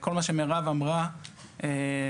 וכל מה שמירב אמרה נכון.